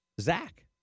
Zach